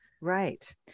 Right